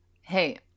Hey